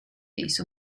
based